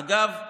אגב,